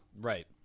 Right